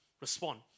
respond